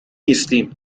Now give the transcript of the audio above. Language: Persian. نیستیم